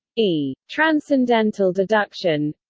ii. transcendental deduction